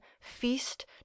feast